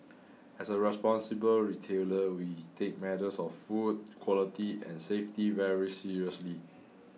as a responsible retailer we take matters of food quality and safety very seriously